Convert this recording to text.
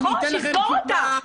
נכון, שיסגור אותה.